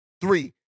three